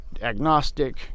agnostic